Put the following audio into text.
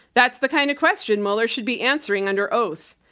that's the kind of question mueller should be answering under oath.